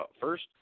first